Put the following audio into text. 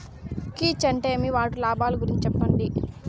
కీచ్ అంటే ఏమి? వాటి లాభాలు గురించి సెప్పండి?